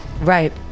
right